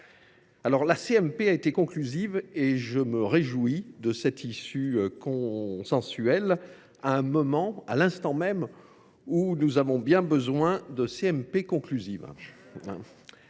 la CMP a été conclusive. Je me réjouis de cette issue consensuelle, à l’instant même où nous avons bien besoin de CMP conclusives